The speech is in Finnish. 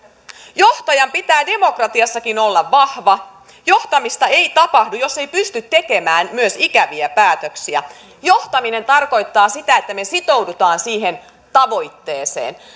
johtajan pitää demokratiassakin olla vahva johtamista ei tapahdu jos ei pysty tekemään myös ikäviä päätöksiä johtaminen tarkoittaa sitä että me sitoudumme siihen tavoitteeseen